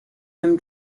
him